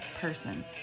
person